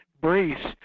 brace